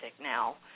now